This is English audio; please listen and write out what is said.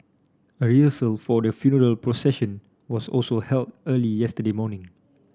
a rehearsal for the funeral procession was also held early yesterday morning